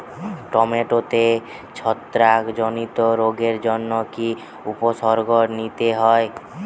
টমেটোতে ছত্রাক জনিত রোগের জন্য কি উপসর্গ নিতে হয়?